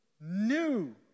new